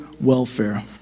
welfare